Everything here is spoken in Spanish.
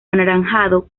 anaranjado